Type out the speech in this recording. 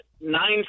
nine